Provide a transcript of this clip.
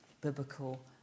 biblical